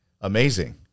amazing